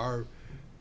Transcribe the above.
our